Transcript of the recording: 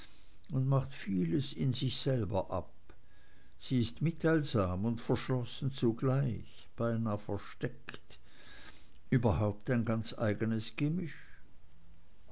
und macht vieles in sich selber ab sie ist mitteilsam und verschlossen zugleich beinah versteckt überhaupt ein ganz eigenes